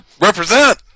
represent